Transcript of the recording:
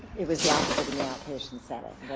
it was the opposite in the outpatient setting,